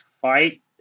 fight